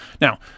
Now